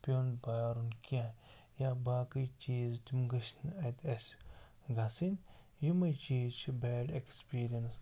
پیوٚن پیٛارُن کینٛہہ یا باقٕے چیٖز تِم گٔژھۍ نہٕ اَتہِ اَسہِ گَژھٕنۍ یِمَے چیٖز چھِ بیڈ ایٚکسپیٖریَنس